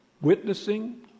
witnessing